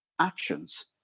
actions